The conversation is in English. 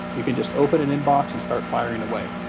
you can just open an inbox and start firing away.